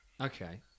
Okay